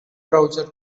browser